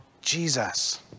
Jesus